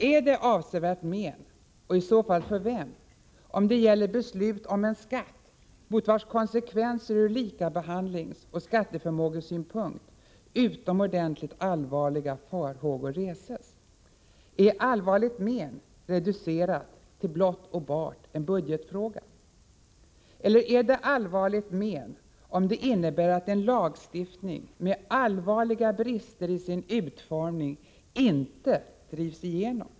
Är det avsevärt men — och i så fall för vem — om det gäller beslut om en skatt mot vars konsekvenser ur likabehandlingsoch skatteförmågesynpunkt utomordentligt allvarliga farhågor reses? Är ”allvarligt men” reducerat till blott och bart en budgetfråga? Är det allvarligt men om det innebär att en lagstiftning med allvarliga brister i sin utformning inte drivs igenom?